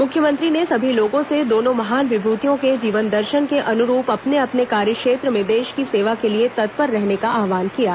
मुख्यमंत्री ने सभी लोगों से दोनों महान विभूतियों के जीवनदर्शन के अनुरूप अपने अपने कार्य क्षेत्र में देश की सेवा के लिए तत्पर रहने का आव्हान किया है